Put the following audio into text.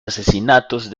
asesinatos